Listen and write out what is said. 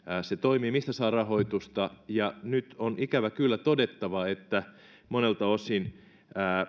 se toimii mistä saa rahoitusta ja nyt on ikävä kyllä todettava että monelta osin